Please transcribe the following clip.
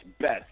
best